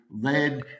led